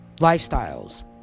lifestyles